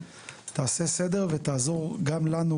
תעשה סדר ותעזור גם לנו